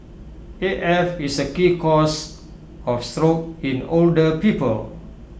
A F is A key cause of stroke in older people